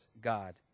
God